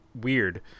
weird